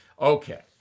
Okay